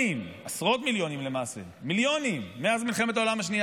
עשרות מיליונים מאז מלחמת העולם השנייה